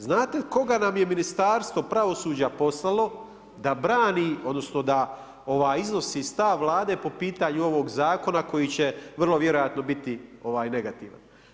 Znate koga nam je Ministarstvo pravosuđa poslalo, da brani, odnosno, da iznosi stav Vlade po pitanju ovog zakona koji će vrlo vjerojatno biti negativan.